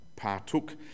partook